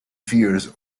fears